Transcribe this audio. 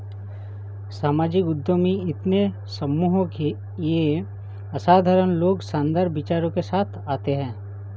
सामाजिक उद्यमी इतने सम्मोहक ये असाधारण लोग शानदार विचारों के साथ आते है